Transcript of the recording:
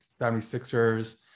76ers